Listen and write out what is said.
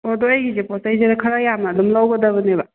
ꯑꯣ ꯑꯗꯣ ꯑꯒꯤꯁꯦ ꯄꯣꯠꯆꯩꯁꯦ ꯈꯔ ꯌꯥꯝꯅ ꯑꯗꯨꯝ ꯂꯧꯒꯗꯕꯅꯦꯕ